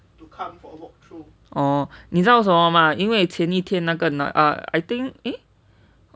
oh 你知道为什么吗因为前一天那个:ni zhi dao wei shen me ma yin wei qianan yi tian na ge uh I think eh